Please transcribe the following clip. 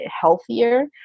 healthier